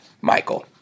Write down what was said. Michael